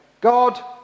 God